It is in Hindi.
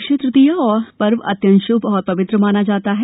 अक्षय तृतीया पर्व अत्यंत शुभ और पवित्र माना जाता है